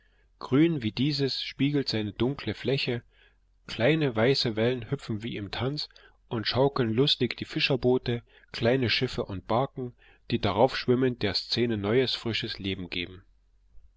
grün wie dieses spiegelt seine dunkle fläche kleine weiße wellen hüpfen wie im tanz und schaukeln lustig die fischerboote kleine schiffe und barken die darauf schwimmend der szene neues frisches leben geben